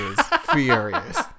furious